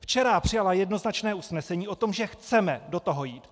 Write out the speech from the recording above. Včera přijala jednoznačné usnesení o tom, že chceme do toho jít.